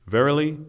Verily